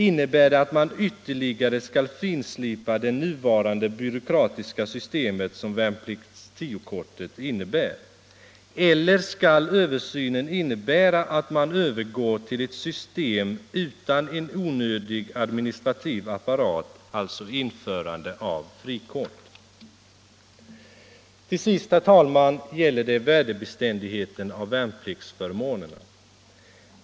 Innebär det att man ytterligare skall finslipa det nuvarande byråkratiska system som vpl-10-kortet innebär? Eller skall översynen innebära att man övergår till ett system utan en onödig administrativ apparat, att man alltså inför frikort? Till sist, herr talman, gäller det värdebeständigheten av värnpliktsförmånerna.